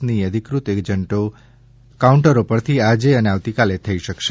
ની અધિકૃત કાઉન્ટરો પરથી આજે અને આવતીકાલથી થઈ શકશે